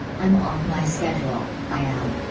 i'm off my schedule, i am.